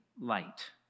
light